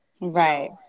Right